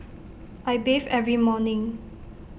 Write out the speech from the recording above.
I bathe every morning